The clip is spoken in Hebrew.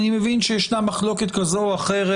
ישנה מחלוקת כזו או אחרת,